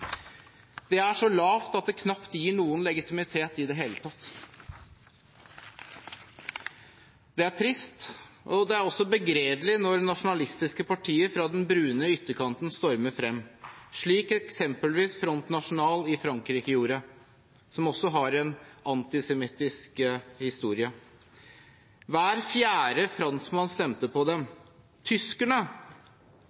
Det er så lavt at det knapt gir noen legitimitet i det hele tatt. Det er trist. Det er også begredelig når nasjonalistiske partier fra den brune ytterkanten stormer frem, slik eksempelvis Front National i Frankrike, som også har en antisemittisk historie, gjorde. Hver fjerde franskmann stemte på